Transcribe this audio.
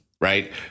right